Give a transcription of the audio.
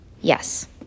Yes